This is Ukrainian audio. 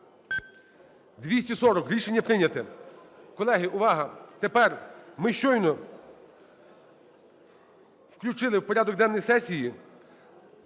За-240 Рішення прийнято. Колеги, увага! Тепер… ми щойно включили в порядок денний сесії